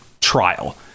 trial